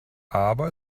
aber